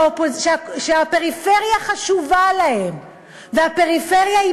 שהפריפריה חשובה להם והפריפריה היא